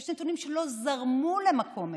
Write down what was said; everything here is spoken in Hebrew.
יש נתונים שלא זרמו למקום אחד.